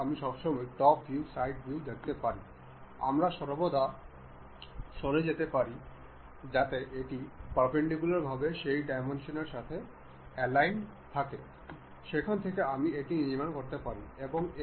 সুতরাং এখন এটি বোল্টের মধ্যে প্রবেশ করে এবং আমরা দেখতে পাচ্ছি যে নাটটি বোল্টের মধ্যে ঘূর্ণায়মান হওয়ার সাথে সাথে থ্রেডগুলি একের পর এক উন্মোচিত হচ্ছে